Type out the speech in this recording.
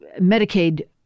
Medicaid